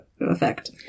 effect